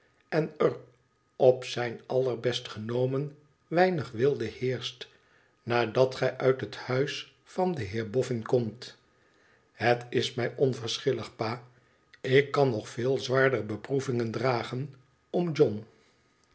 en er op zijn allerbest genomen weinig weelde heerscht nadat gij uit het huis van den heer boffin komt het is mij onverschillig pa ik kan nog veel zwaarder beproevingen dragen om john